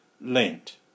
Lent